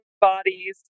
bodies